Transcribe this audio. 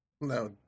No